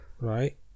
right